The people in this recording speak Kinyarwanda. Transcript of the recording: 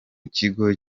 kigo